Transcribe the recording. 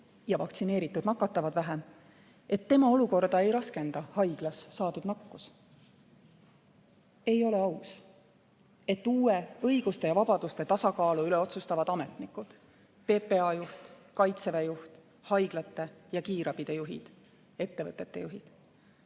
ja vaktsineeritud nakatavad vähem –, et tema olukorda ei raskenda haiglas saadud nakkus? Ei ole aus, et uue õiguste ja vabaduste tasakaalu üle otsustavad ametnikud – PPA juht, kaitseväe juht, haiglate ja kiirabide juhid, ettevõtete juhid.